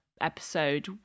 episode